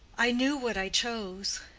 i knew what i chose.